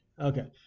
Okay